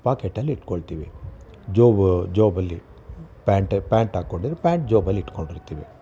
ಪಾಕೇಟಲ್ಲಿಟ್ಕೊಳ್ತೀವಿ ಜೇಬು ಜೇಬಲ್ಲಿ pant pant ಹಾಕ್ಕೊಂಡಿದ್ರೆ ಪ್ಯಾಂಟ್ ಜೇಬಲ್ಲಿಟ್ಕೊಂಡಿರ್ತೀವಿ